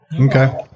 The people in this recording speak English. Okay